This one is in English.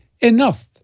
enough